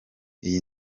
iyi